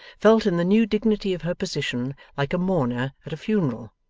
felt in the new dignity of her position like a mourner at a funeral,